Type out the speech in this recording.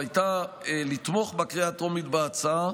הייתה לתמוך בקריאה הטרומית בהצעה,